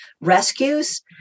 rescues